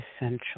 essential